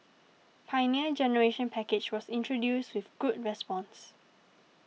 Pioneer Generation Package was introduced with good response